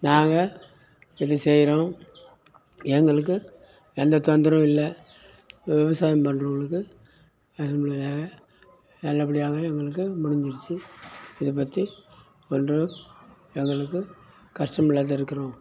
நாங்கள் இது செய்யறோம் எங்களுக்கு எந்த தொந்தரவும் இல்லை விவசாயம் பண்ணுறவுங்களுக்கு நல்லபடியாக நல்லபடியாக இவங்களுக்கு முடிஞ்சிருச்சு இதை பற்றி பண்ணுற எங்களுக்கு கஷ்டம் இல்லாத இருக்கிறோம்